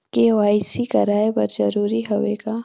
KYC कराय बर जरूरी हवे का?